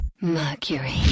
Mercury